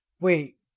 Wait